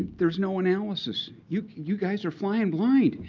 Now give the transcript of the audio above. there's no analysis. you you guys are flying blind.